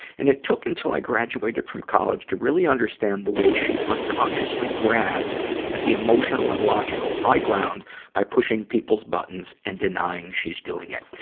and it took until i graduated from college to really understand the way she unconsciously grabs at the emotional and logical high ground by pushing people's buttons and denying she's going it.